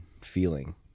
feeling